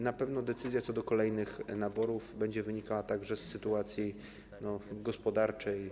Na pewno decyzja co do kolejnych naborów będzie wynikała także z sytuacji gospodarczej.